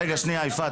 רגע, יפעת.